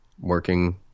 working